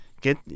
get